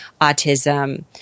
autism